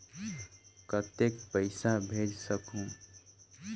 कतेक पइसा भेज सकहुं?